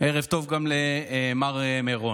ערב טוב גם למר מירון,